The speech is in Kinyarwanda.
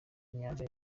inyanja